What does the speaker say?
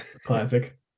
Classic